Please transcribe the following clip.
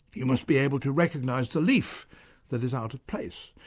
you must be able to recognise the leaf that is out of place,